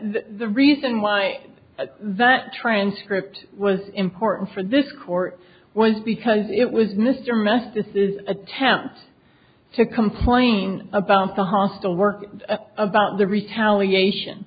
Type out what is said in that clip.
the reason why that transcript was important for this court went because it was mr mathis's attempt to complain about the hostile work about the retaliation